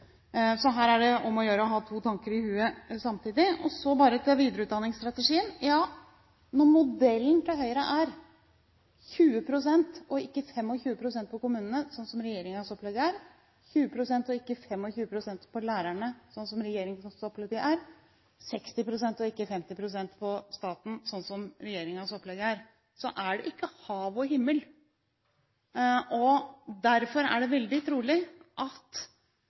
Så her er det om å gjøre å ha to tanker i hodet samtidig. Så til videreutdanningsstrategien: Ja, når modellen til Høyre er 20 pst., ikke 25 pst. på kommunene, sånn som regjeringens opplegg er, 20 pst., ikke 25 pst. på lærerne, sånn som regjeringens opplegg er, 60 pst., ikke 50 pst. på staten, sånn som regjeringens opplegg er, så er det ikke hav og himmel. Derfor er det veldig trolig at